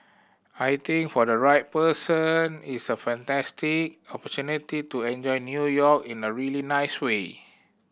I think for the right person it's a fantastic opportunity to enjoy New York in a really nice way